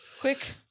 Quick